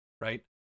right